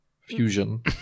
fusion